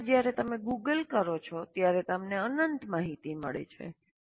કેટલીકવાર જ્યારે તમે ગુગલ કરો છો ત્યારે તમને અનંત માહિતી મળે છે